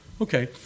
Okay